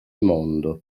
mondo